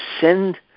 send